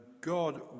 God